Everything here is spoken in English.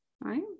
right